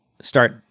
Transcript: start